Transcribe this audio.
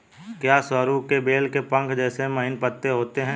क्या सरु के बेल के पंख जैसे महीन पत्ते होते हैं?